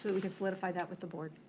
we can solidify that with the board,